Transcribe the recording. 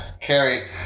Carrie